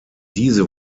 diese